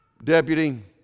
Deputy